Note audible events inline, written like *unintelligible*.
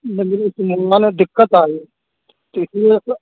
لگ رہی تھی *unintelligible* دقّت آ رہی ہے تو اِس لیے سر